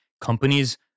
companies